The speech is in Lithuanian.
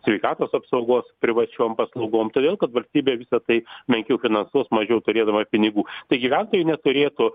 sveikatos apsaugos privačiom paslaugom todėl kad valstybė visa tai menkiau finansuos mažiau turėdama pinigų tai gyventojai neturėtų